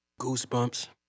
Goosebumps